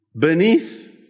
beneath